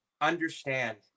understand